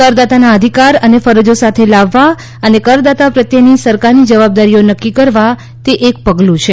કરદાતાના અધિકાર અને ફરજો સાથે લાવવા અને કરદાતા પ્રત્યેની સરકારની જવાબદારીઓ નક્કી કરવા તે એક પગલું છે